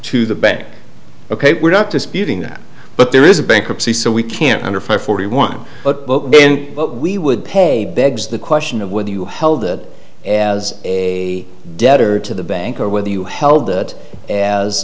to the bank ok we're not disputing that but there is a bankruptcy so we can't under fire forty one but we would pay begs the question of whether you held it as a debt or to the bank or whether you held that as